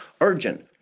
urgent